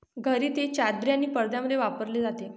घरी ते चादरी आणि पडद्यांमध्ये वापरले जाते